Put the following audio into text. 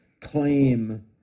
claim